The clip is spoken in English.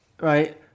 right